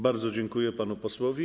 Bardzo dziękuję panu posłowi.